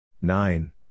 Nine